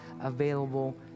available